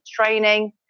training